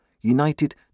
united